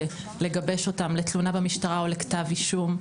לגבש אותן לתלונה במשטרה או לכתב אישום,